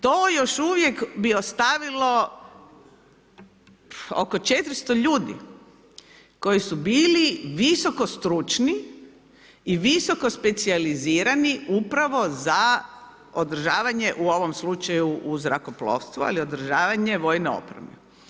To još uvijek bi ostavilo oko 400 ljudi koji su bili visoko stručni i visoko specijalizirani upravo za održavanje u ovom slučaju u zrakoplovstvu, ali održavanje vojne opreme.